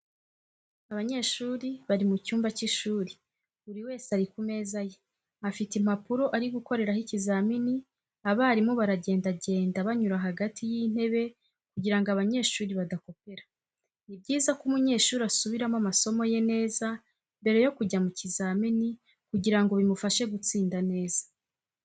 Abanyeshuri bari mu cyumba cy'ishuri buri wese ari ku meza ye, afite impapuro ari gukoreraho ikizamini abarimu baragendagenda banyura hagati y'itebe kugira ngo abanyeshuri badakopera. Ni byiza ko umunyeshuri asubiramo amasomo ye neza mbere yo kujya mu kizamini kugira ngo bimufashe gutsinda neza.